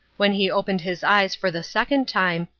when he opened his eyes for the second time,